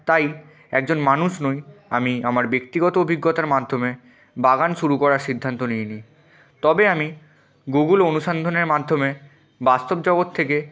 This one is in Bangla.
তাই একজন মানুষ নই আমি আমার ব্যক্তিগত অভিজ্ঞতার মাধ্যমে বাগান শুরু করার সিদ্ধান্ত নিয়ে নিই তবে আমি গুগল অনুসন্ধানের মাধ্যমে বাস্তব জগত থেকে